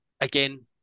again